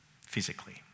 physically